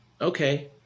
okay